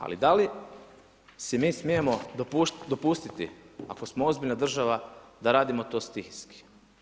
Ali da li si mi smijemo dopustiti ako smo ozbiljna država da radimo to stihijski?